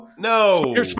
No